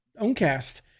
owncast